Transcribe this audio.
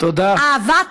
תודה.